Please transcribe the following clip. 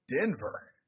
Denver